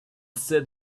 said